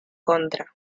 contra